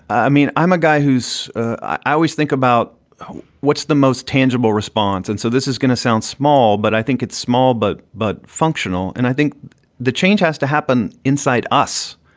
i mean, i'm a guy who's ah i always think about what's the most tangible response. and so this is going to sound small, but i think it's small, but but functional. and i think the change has to happen inside us.